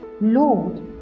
lord